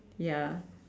ya